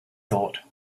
thought